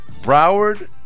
Broward